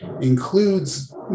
includes